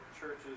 churches